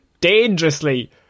dangerously